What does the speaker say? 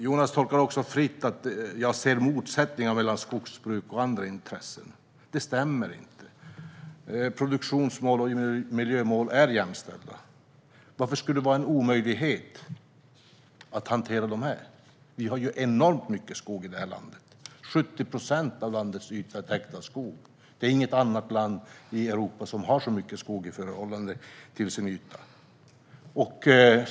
Jonas tolkar också fritt när han säger att jag ser motsättningar mellan skogsbruk och andra intressen. Detta stämmer inte. Produktionsmål och miljömål är jämställda. Varför skulle det vara omöjligt att hantera detta? Vi har enormt mycket skog i landet. 70 procent av landets yta är täckt av skog. Inget annat land i Europa har så mycket skog i förhållande till sin yta.